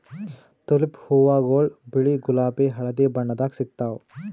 tulip ಹೂವಾಗೊಳ್ ಬಿಳಿ ಗುಲಾಬಿ ಹಳದಿ ಬಣ್ಣದಾಗ್ ಸಿಗ್ತಾವ್